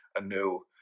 anew